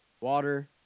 water